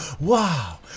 wow